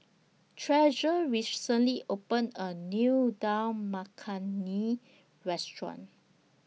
Treasure recently opened A New Dal Makhani Restaurant